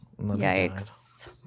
Yikes